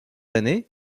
années